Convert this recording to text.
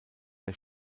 der